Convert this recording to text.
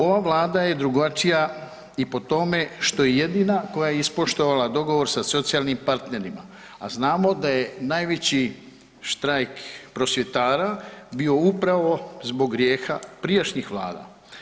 Ova Vlada je drugačija i po tome što je jedina koja je ispoštovala dogovor sa socijalnim partnerima, a znamo da je najveći štrajk prosvjetara bio upravo zbog grijeha prijašnjih vlada.